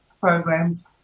programs